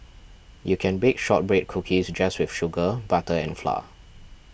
you can bake Shortbread Cookies just with sugar butter and flour